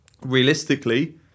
Realistically